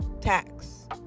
tax